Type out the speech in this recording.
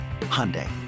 Hyundai